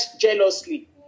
jealously